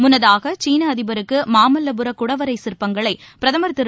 முன்னதாக சீன அதிபருக்கு மாமல்லபுர குடவரை சிற்பங்களை பிரதமர் திரு